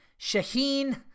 Shaheen